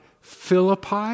Philippi